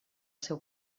seu